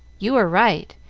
you are right.